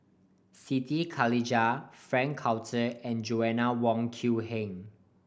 Siti Khalijah Frank Cloutier and Joanna Wong Quee Heng